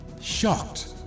Shocked